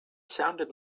sounded